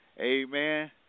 Amen